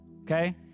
Okay